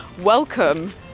welcome